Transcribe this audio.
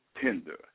tender